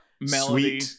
melody